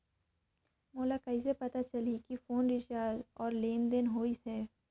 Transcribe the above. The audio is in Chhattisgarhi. मोला कइसे पता चलही की फोन रिचार्ज और लेनदेन होइस हे?